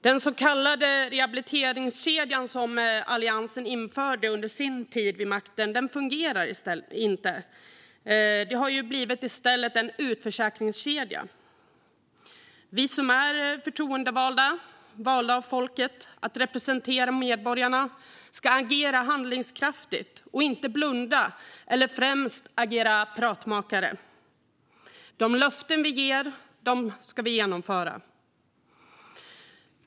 Den så kallade rehabiliteringskedjan som Alliansen införde under sin tid vid makten fungerar inte. Det har i stället blivit en utförsäkringskedja. Vi som är förtroendevalda, valda av folket att representera medborgarna, ska agera handlingskraftigt och inte blunda eller främst agera pratmakare. De löften vi ger ska vi genomföra.